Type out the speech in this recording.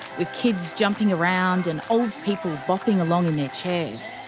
with kids jumping around and old people bopping along in their chairs.